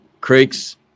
creeks